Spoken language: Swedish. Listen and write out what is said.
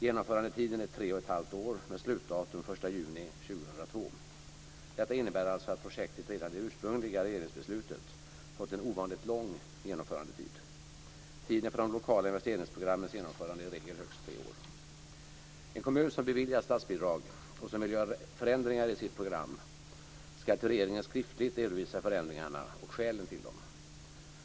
Genomförandetiden är tre och ett halvt år, med slutdatum den 1 juni 2002. Detta innebär alltså att projektet redan i det ursprungliga regeringsbeslutet fått en ovanligt lång genomförandetid. Tiden för de lokala investeringsprogrammens genomförande är i regel högst tre år. En kommun som beviljats statsbidrag och som vill göra förändringar i sitt program ska till regeringen skriftligt redovisa förändringarna och skälen till dem.